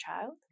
child